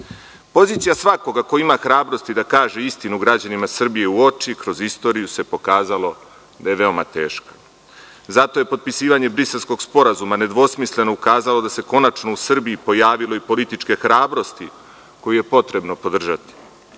svakoga ko ima hrabrosti da kaže istinu građanima Srbije u oči, kroz istoriju se pokazalo da je veoma teška. Zato je potpisivanje Briselskog sporazuma ne dvosmisleno ukazalo da se konačno u Srbiji pojavilo i političke hrabrosti koju je potrebno podržati.